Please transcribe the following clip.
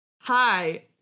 Hi